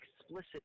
explicit